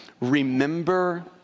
Remember